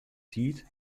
tiid